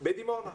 בדימונה ובירוחם,